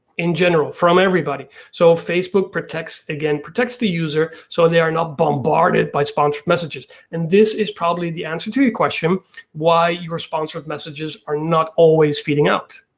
in general from everybody. so facebook again protects the user so they are not bombarded by sponsored messages, and this is probably the answer to your question why your sponsored messages are not always feeding out.